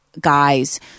guys